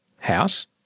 house